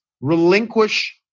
relinquish